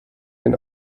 den